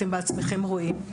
אתם בעצמכם רואים.